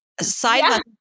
side